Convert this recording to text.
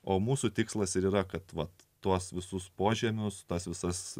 o mūsų tikslas ir yra kad tuos visus požemius tas visas